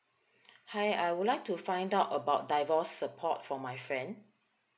hi I would like to find out about divorce support for my friend